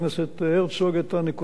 את הנקודה של הגז ממצרים.